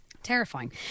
terrifying